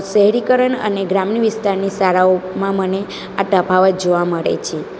શહેરીકરણ અને ગ્રામીણ વિસ્તારની શાળાઓમાં મને આ તફાવત જોવા મળે છે